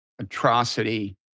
atrocity